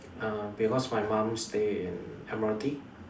uh because my mum stay in admiralty